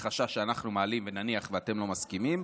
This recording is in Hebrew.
מה אין סיכוי?